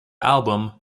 album